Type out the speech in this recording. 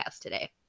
today